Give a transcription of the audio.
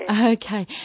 Okay